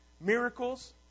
miracles